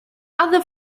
other